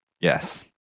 Yes